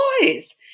boys